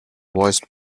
voiced